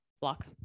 block